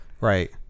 right